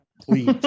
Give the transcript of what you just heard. please